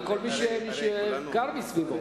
אלא לכל מי שגר מסביבו.